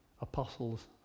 apostles